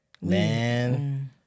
Man